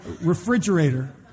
refrigerator